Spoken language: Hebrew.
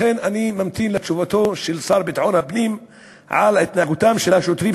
לכן אני ממתין לתשובתו של השר לביטחון הפנים על התנהגותם של השוטרים,